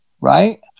Right